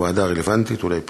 בוועדה הרלוונטית, אולי פנים.